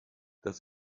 das